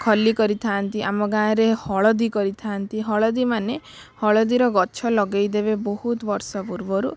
ଖଲି କରିଥାନ୍ତି ଆମ ଗାଁରେ ହଳଦୀ କରିଥାନ୍ତି ହଳଦୀ ମାନେ ହଳଦୀର ଗଛ ଲଗାଇ ଦେବେ ବହୁତ ବର୍ଷ ପୂର୍ବରୁ